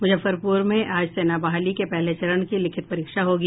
मुजफ्फरपुर में आज सेना वहाली के पहले चरण की लिखित परीक्षा होगी